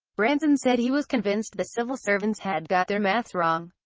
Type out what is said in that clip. branson said he was convinced the civil servants had got their maths wrong.